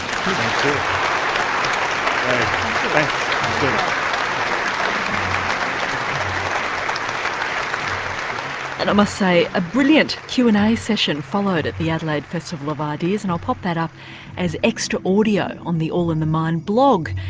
um and i must say a brilliant q and a session followed at the adelaide festival of ideas, and i'll pop that up as extra audio on the all in the mind blog.